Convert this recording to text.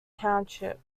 township